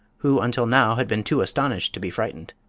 who until now had been too astonished to be frightened.